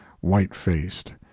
white-faced